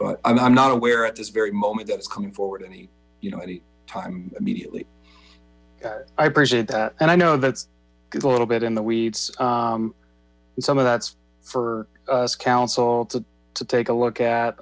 but i'm not aware at this very moment that is coming forward any time immediately i appreciate and i know that's a little bit in the weeds some of that's for us counsel to to take a look at